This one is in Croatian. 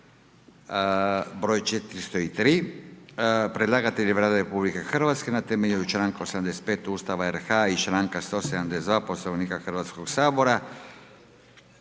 br. 403; Predlagatelj je Vlada RH na temelju članka 85. Ustava RH i članka 172. Poslovnika Hrvatskoga sabora.